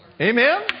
Amen